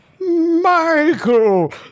Michael